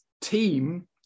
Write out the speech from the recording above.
team